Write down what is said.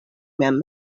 mem